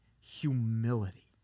humility